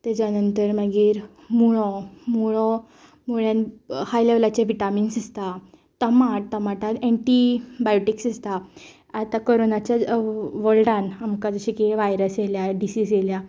तेज्या नंतर मागीर मुळो मुळो मुळ्यान हाय लेवलाचें विटामिन्स आसता टमाट टमाटान एंटीबायोक्टीक्स आसतात आतां कोरोनाच्या वल्डान आमकां जशें की वायरस येयल्या डिसीस येयल्या